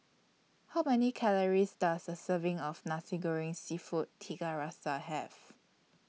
How Many Calories Does A Serving of Nasi Goreng Seafood Tiga Rasa Have